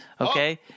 okay